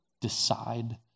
decide